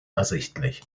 ersichtlich